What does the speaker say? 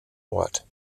ort